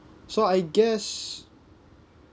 so I guess